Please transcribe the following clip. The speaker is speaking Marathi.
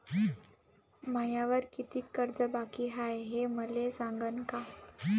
मायावर कितीक कर्ज बाकी हाय, हे मले सांगान का?